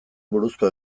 buruzko